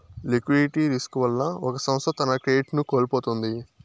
liquidity risk వల్ల ఒక సంస్థ తన క్రెడిట్ ను కోల్పోతుంది